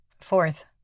Fourth